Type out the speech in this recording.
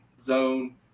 zone